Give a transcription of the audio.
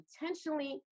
intentionally